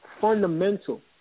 fundamental